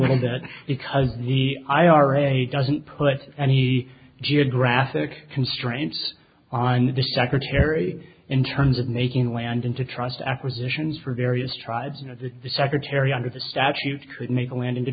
little bit because the ira doesn't put any geographic constraints on the secretary in terms of making land into trust acquisitions for various tribes you know the secretary under the statute could make land into